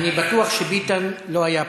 אני בטוח שביטן לא היה פג.